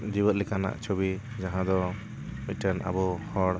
ᱡᱮᱭᱮᱫ ᱞᱮᱠᱟᱱᱟᱜ ᱪᱷᱩᱵᱤ ᱡᱟᱦᱟᱸ ᱫᱚ ᱢᱤᱫᱴᱮᱱ ᱟᱵᱚ ᱦᱚᱲ